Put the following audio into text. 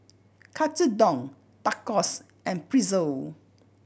Katsudon Tacos and Pretzel